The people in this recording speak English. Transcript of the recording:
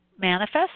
manifest